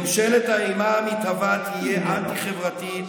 ממשלת האימה המתהווה תהיה אנטי-חברתית,